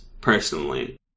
personally